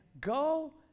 go